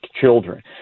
children